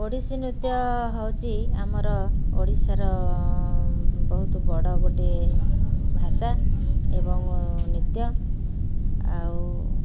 ଓଡ଼ିଶୀ ନୃତ୍ୟ ହେଉଛି ଆମର ଓଡ଼ିଶାର ବହୁତ ବଡ଼ ଗୋଟେ ଭାଷା ଏବଂ ନୃତ୍ୟ ଆଉ